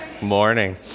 Morning